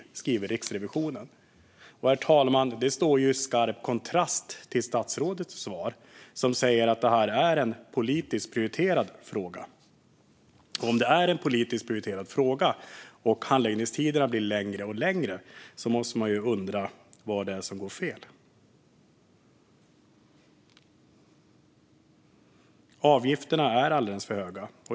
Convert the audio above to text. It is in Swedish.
Så skriver Riksrevisionen, herr talman. Det står ju i skarp kontrast till statsrådets svar, som är att det här är en politiskt prioriterad fråga. Om det är en politiskt prioriterad fråga och handläggningstiderna blir längre och längre måste man ju undra vad det är som går fel. Avgifterna är alldeles för höga.